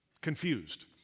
confused